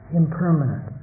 impermanent